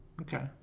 Okay